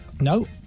No